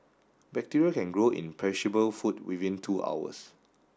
bacteria can grow in perishable food within two hours